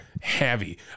heavy